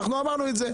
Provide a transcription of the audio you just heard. אנחנו אמרנו את זה.